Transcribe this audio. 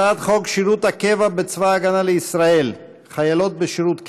הצעת חוק שירות הקבע בצבא ההגנה לישראל (חיילות בשירות קבע)